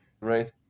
right